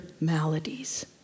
maladies